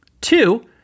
Two